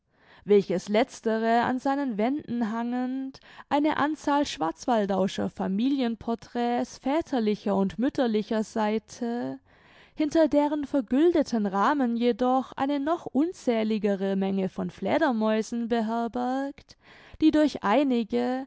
welches letztere an seinen wänden hangend eine anzahl schwarzwaldau'scher familien portraits väterlicher und mütterlicher seite hinter deren vergüldeten rahmen jedoch eine noch unzähligere menge von fledermäusen beherbergt die durch einige